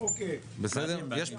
בסדר?